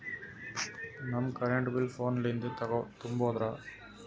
ನಮ್ current bill ಫೋನ ಲಿಂದೇ ತುಂಬೌದ್ರಾ?